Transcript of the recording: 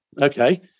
okay